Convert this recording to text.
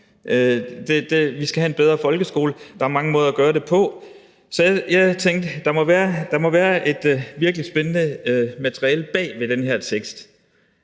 Vi skal have en bedre folkeskole, og der er mange måder at gøre det på. Så jeg tænkte: Der må være et virkelig spændende materiale bag den her tekst.